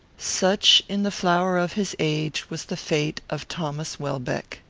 such, in the flower of his age, was the fate of thomas welbeck.